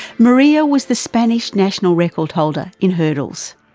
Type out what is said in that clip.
maria was the spanish national record holder in hurdles.